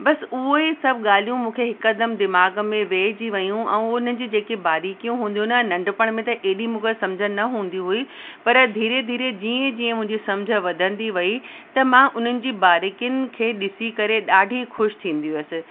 बसि उहे ई सभु ॻाल्हियूं मूंखे हिकदमु दिमाग़ में वेजी वियूं ऐं उन जी जेकी बारीकियूं हूंदियूं न नंढपण में त एॾी मूंखे सम्झ न हूंदी हुई पर धीरे धीरे जीअं जीअं मुंहिंजी सम्झ वधंदी वई त मां उन्हनि जी बारीकियुनि खे ॾिसी करे ॾाढी ख़ुशि थींदी हुअसि